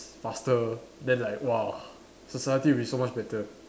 faster then like !wah! society will be so much better